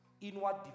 inward